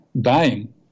dying